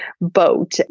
boat